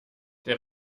der